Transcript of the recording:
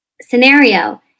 scenario